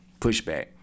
pushback